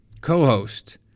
co-host